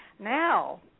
Now